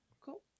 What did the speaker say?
Cool